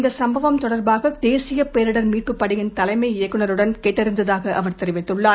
இந்த சுப்பவம் தொமர்பாக தேசிய பேரிடர் மீட்பு படையின் தலைமை இயக்குநருடன் கேட்டறிந்ததாக அவர் தெரிவித்துள்ளார்